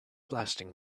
blasting